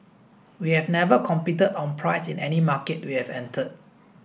we have never competed on price in any market we have entered